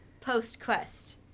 post-Quest